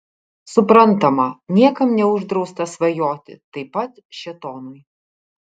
suprantama niekam neuždrausta svajoti taip pat šėtonui